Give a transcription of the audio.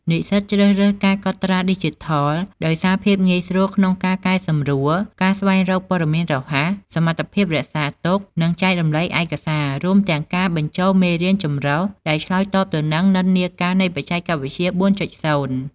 និស្សិតជ្រើសរើសការកត់ត្រាឌីជីថលដោយសារភាពងាយស្រួលក្នុងការកែសម្រួល ការស្វែងរកព័ត៌មានរហ័ស សមត្ថភាពរក្សាទុក និងចែករំលែកឯកសារ រួមទាំងការបញ្ចូលមេរៀនម្រុះ ដែលឆ្លើយតបទៅនឹងនិន្នាការនៃបច្ចេកវិទ្យា ៤.០។